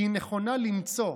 כי היא נכונה למצוא,